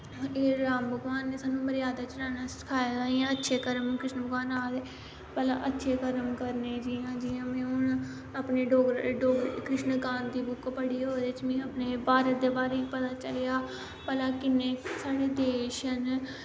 एह् जेह्ड़े राम भगवान नै स्हानू मर्यादा च रौह्ना सखाए दा इयां अच्छे कर्म कृष्ण बगवान आखदे पैह्लें अच्छे कर्म करने जियां जियां उनें हुन अपने डोगरे कृष्ण कांत दी कताब पढ़ी ओह्दे च मिगी अपने भारत दे बारे च पता चलेआ भला किन्ने साढ़े देश न